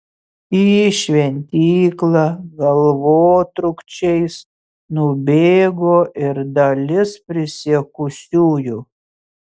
į šventyklą galvotrūkčiais nubėgo ir dalis prisiekusiųjų